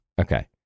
Okay